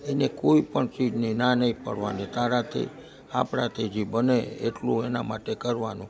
એને કોઈપણ ચીજની ના નહીં પાડવાની તારાથી આપણાથી જે બને એટલું એના માટે કરવાનું